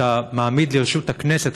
אתה מעמיד לרשות הכנסת,